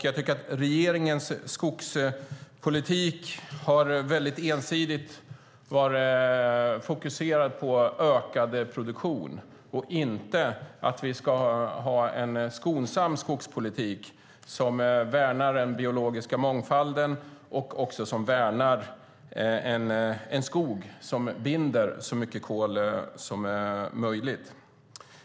Jag tycker att regeringens skogspolitik mycket ensidigt har varit fokuserad på ökad produktion och inte på att vi ska ha en skonsam skogspolitik som värnar den biologiska mångfalden och en skog som binder så mycket kol som möjligt.